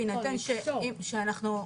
בהינתן שאנחנו,